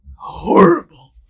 horrible